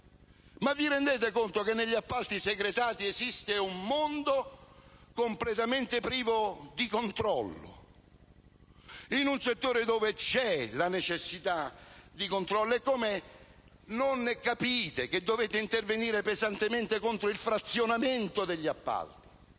Vi rendete conto che negli appalti secretati esiste un mondo completamente privo di controllo, in un settore in cui c'è la necessità di un controllo. Come fate a non capire che dovete intervenire pesantemente contro il frazionamento degli appalti?